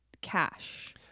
cash